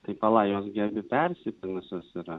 tai pala jos gi abi persipynusios yra